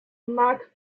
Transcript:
mark